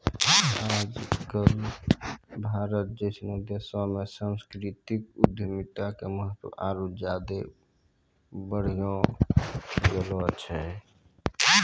आज कल भारत जैसनो देशो मे सांस्कृतिक उद्यमिता के महत्त्व आरु ज्यादे बढ़ि गेलो छै